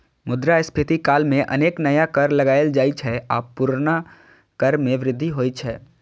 मुद्रास्फीति काल मे अनेक नया कर लगाएल जाइ छै आ पुरना कर मे वृद्धि होइ छै